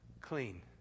clean